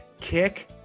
kick